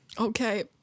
Okay